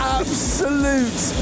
absolute